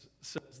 says